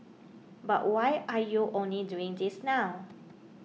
but why are you only doing this now